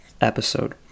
Episode